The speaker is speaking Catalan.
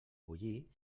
bullir